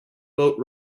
boat